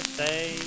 say